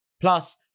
Plus